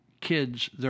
kids